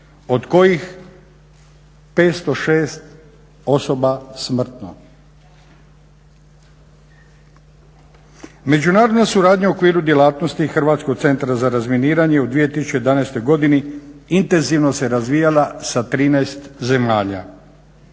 od kojih 506 osoba smrtno. Međunarodna suradnja u okviru djelatnosti Hrvatskog centra za razminiranje u 2011. godini intenzivno se razvijala sa 13 zemalja.